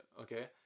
okay